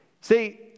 See